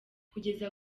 kugeza